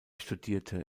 studierte